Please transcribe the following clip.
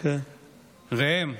ראם: